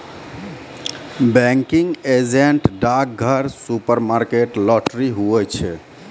banking agent डाकघर, supermarket, lottery, हुवै छै